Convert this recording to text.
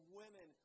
women